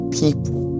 people